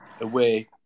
away